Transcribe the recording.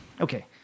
Okay